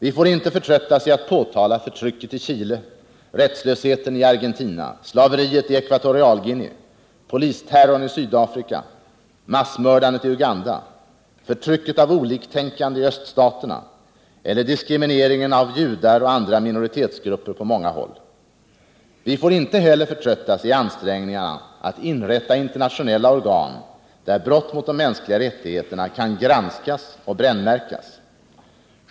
Vi får inte förtröttas i att påtala förtrycket i Chile, rättslösheten i Argentina, slaveriet i Ekvatorialguinea, polisterrorn i Sydafrika, massmördandet i Uganda, förtrycket av oliktänkande i öststaterna eller diskrimineringen av judar och andra minoritetsgrupper på många håll. Vi får inte heller förtröttas i ansträngningarna att inrätta internationella organ, där brott mot de mänskliga rättigheterna kan granskas och brännmärkas.